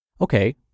Okay